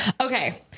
Okay